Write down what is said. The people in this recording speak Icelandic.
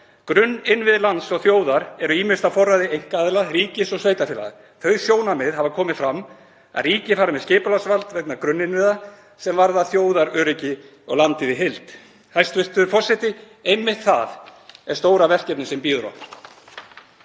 „Grunninnviðir lands og þjóðar eru ýmist á forræði einkaaðila, ríkis eða sveitarfélaga. Þau sjónarmið hafa komið fram að ríkið fari með skipulagsvald vegna grunninnviða sem varða þjóðaröryggi og landið í heild.“ Hæstv. forseti. Einmitt það er stóra verkefnið sem bíður